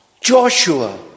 Joshua